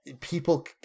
people